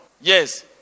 yes